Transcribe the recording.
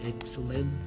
excellent